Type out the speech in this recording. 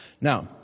Now